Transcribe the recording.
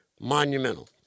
monumental